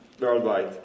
worldwide